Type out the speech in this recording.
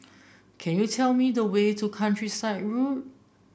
can you tell me the way to Countryside Road